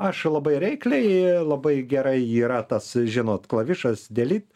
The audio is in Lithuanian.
aš labai reikliai labai gerai yra tas žinot klavišas delit